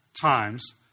times